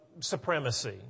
supremacy